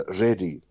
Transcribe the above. ready